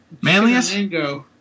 Manlius